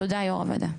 תודה, יו"ר הוועדה.